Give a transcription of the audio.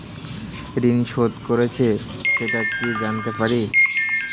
ঋণ শোধ করেছে সেটা কি জানতে পারি?